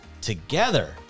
Together